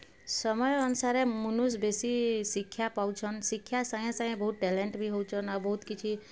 ସମୟ ଅନୁସାରେ ମୁନୁଷ୍ ବେଶୀ ଶିକ୍ଷା ପାଉଛନ୍ ଶିକ୍ଷା ସାଙ୍ଗେ ସାଙ୍ଗେ ବହୁତ୍ ଟ୍ୟାଲେଣ୍ଟ୍ ବି ହଉଛନ୍ ଆଉ ବହୁତ୍ କିଛି